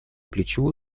плечу